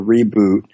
reboot